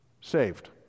saved